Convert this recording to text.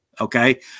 Okay